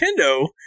Nintendo